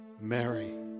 Mary